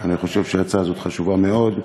ואני חושב שההצעה הזאת חשובה מאוד.